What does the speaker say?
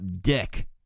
dick